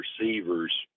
receiver's